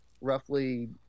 roughly